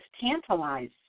tantalize